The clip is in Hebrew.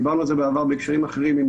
דיברנו על זה בעבר בהקשרים אחרים,